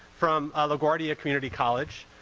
from laguardia community college,